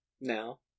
now